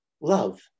love